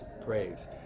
Praise